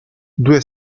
due